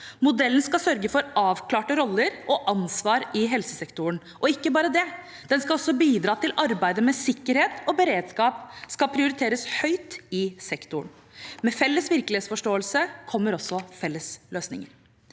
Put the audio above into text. Modellen skal sørge for avklarte roller og ansvar i helsesektoren. Ikke bare det; den skal også bidra til at arbeidet med sikkerhet og beredskap prioriteres høyt i sektoren. Med felles virkelighetsforståelse kommer også felles løsninger.